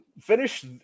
Finish